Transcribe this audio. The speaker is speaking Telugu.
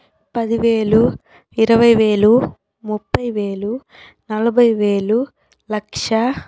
పది వేలు ఇరవై వేలు ముప్పై వేలు నలభై వేలు లక్ష